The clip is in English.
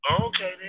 okay